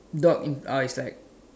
dog in uh it's like